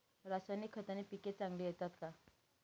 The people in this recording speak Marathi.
रासायनिक खताने पिके चांगली येतात का?